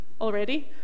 already